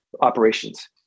operations